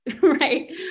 Right